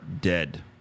dead